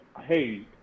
hey